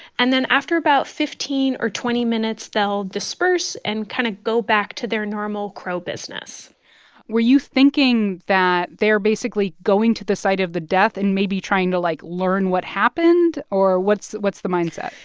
and then, after about fifteen or twenty minutes, they'll disperse and kind of go back to their normal crow business were you thinking that they're basically going to the site of the death and maybe trying to, like, learn what happened? or what's what's the mindset?